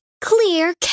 clear